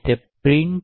અને તે print2a